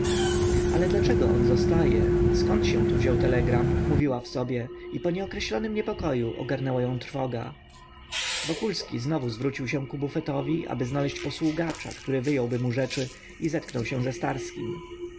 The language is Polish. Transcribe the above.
ale dlaczego on zostaje zkąd się tu wziął telegram mówiła w sobie i po nieokreślonym niepokoju ogarnęła ją trwoga wokulski znowu zwrócił się ku bufetowi aby znaleść posługacza który wyjąłby mu rzeczy i zetknął się ze starskim co